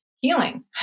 healing